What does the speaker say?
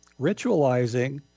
ritualizing